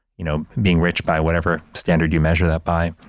you know, being rich by whatever standard you measure that by.